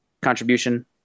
contribution